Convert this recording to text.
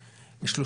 מאוד,